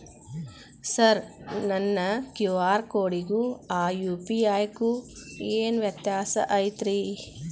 Sir ನನ್ನ QR ಕೊಡಿಗೂ ಆ ಯು.ಪಿ.ಐ ಗೂ ಏನ್ ವ್ಯತ್ಯಾಸ ಐತ್ರಿ?